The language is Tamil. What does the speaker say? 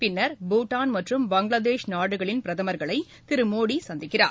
பின்னர் பூட்டான் மற்றும் பங்களாதேஷ் நாடுகளின் பிரதமர்களை திரு மோடி சந்திக்கிறார்